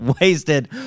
wasted